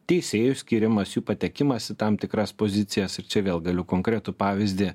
teisėjų skyrimas jų patekimas į tam tikras pozicijas ir čia vėl galiu konkretų pavyzdį